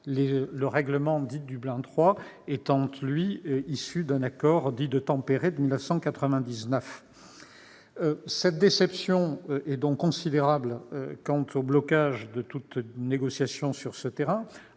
Le règlement Dublin III est, quant à lui, issu des accords de Tampere, de 1999. Notre déception est donc considérable s'agissant du blocage de toute négociation sur ce terrain,